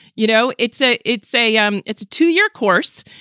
you know, it's a it's a um it's a two year course.